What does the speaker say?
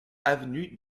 avenue